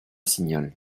signal